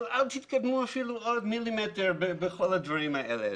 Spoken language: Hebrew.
אל תתקדמו עוד מילימטר בכל הדברים האלה.